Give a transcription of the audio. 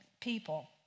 people